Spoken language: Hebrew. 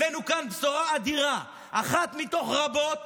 הבאנו כאן בשורה אדירה, אחת מתוך רבות.